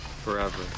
Forever